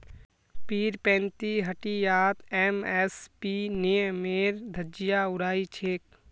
पीरपैंती हटियात एम.एस.पी नियमेर धज्जियां उड़ाई छेक